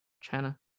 china